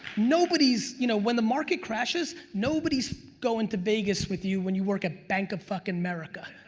nobody's, you know when the market crashes, nobody's going to vegas with you when you work at bank of fuckin' merica.